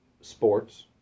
Sports